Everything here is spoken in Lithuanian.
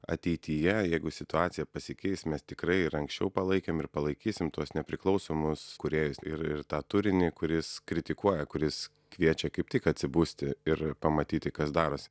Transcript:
ateityje jeigu situacija pasikeis mes tikrai ir anksčiau palaikėm ir palaikysim tuos nepriklausomus kūrėjus ir ir tą turinį kuris kritikuoja kuris kviečia kaip tik atsibusti ir pamatyti kas daros